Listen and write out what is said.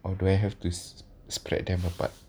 or do I have to spread them apart